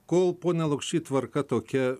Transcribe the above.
kol pone lukšy tvarka tokia